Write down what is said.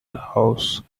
house